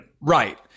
Right